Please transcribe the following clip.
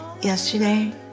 Yesterday